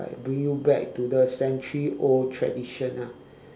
like bring you back to the century old tradition ah